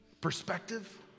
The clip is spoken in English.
perspective